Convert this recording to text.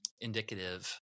indicative